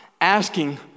asking